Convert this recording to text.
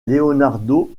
leonardo